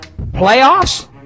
Playoffs